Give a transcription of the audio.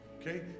Okay